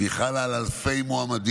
והיא חלה על אלפי מועמדים.